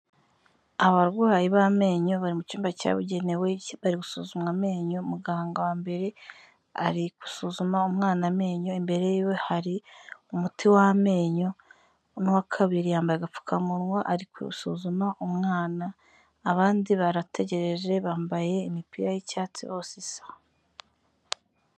Abarwayi b'amenyo bari mu cyumba cyabugenewe bari gusuzumwa amenyo muganga wa mbere ari gusuzuma umwana amenyo imbere yiwe hari umuti w'amenyo uwa kabiri yambaye agapfukamunwa ariko gusuzuma umwana abandi barategereje bambaye imipira y'icyatsi bose.